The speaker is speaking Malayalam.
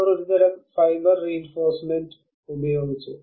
അവർ ഒരുതരം ഫൈബർ റീഇൻഫോഴ്സ്മെൻറ് ഉപയോഗിച്ചു